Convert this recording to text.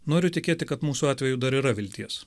noriu tikėti kad mūsų atveju dar yra vilties